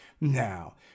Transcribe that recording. now